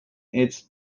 its